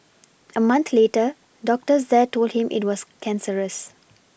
a month later doctors there told him it was cancerous